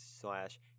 slash